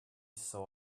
saw